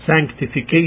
sanctification